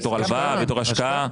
בתור השקעה?